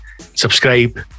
Subscribe